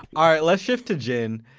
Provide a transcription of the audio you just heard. ah let's shift to jen.